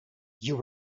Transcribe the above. you